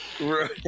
Right